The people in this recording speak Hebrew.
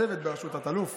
צוות בראשות תת-אלוף